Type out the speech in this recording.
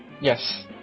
Yes